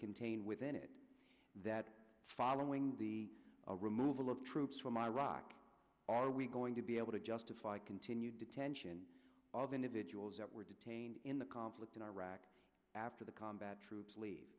contain within it that following the removal of troops from iraq are we going to be able to justify continued detention of individuals that were detained in the conflict in iraq after the combat troops leave